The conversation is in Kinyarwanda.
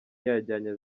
yajyanye